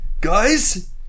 Guys